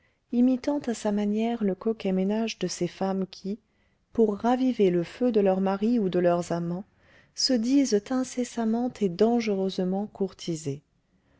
imitant à sa manière le coquet manège de ces femmes qui pour raviver le feu de leurs maris ou de leurs amants se disent incessamment et dangereusement courtisées